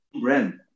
brand